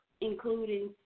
including